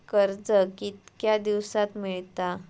कर्ज कितक्या दिवसात मेळता?